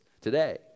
today